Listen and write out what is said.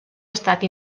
estat